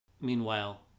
meanwhile